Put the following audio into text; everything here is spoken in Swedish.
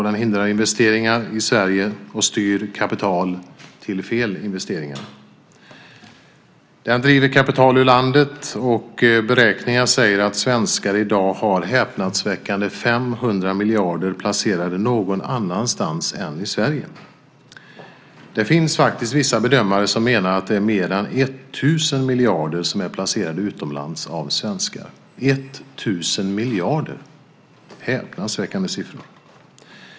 Den hindrar investeringar i Sverige och styr kapital till fel investeringar. Den driver kapital ur landet. Beräkningar säger att svenskar i dag har häpnadsväckande 500 miljarder placerade någon annanstans än i Sverige. Det finns vissa bedömare som menar att det är mer än 1 000 miljarder som är placerade utomlands av svenskar. Det är en häpnadsväckande siffra.